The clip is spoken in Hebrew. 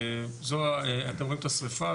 אתם רואים את השריפה,